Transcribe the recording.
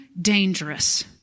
dangerous